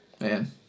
Man